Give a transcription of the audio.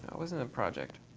wasn't a project.